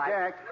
Jack